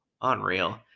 unreal